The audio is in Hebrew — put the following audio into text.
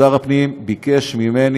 שר הפנים ביקש ממני,